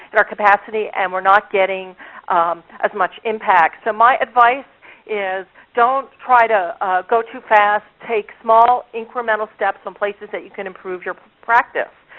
and our capacity, and we're not getting as much impact. so my advice is don't try to go too fast, take small incremental steps in places that you can improve your practice.